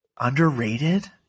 underrated